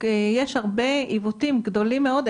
יש הרבה עיוותים גדולים מאוד,